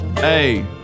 Hey